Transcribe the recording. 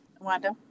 Wanda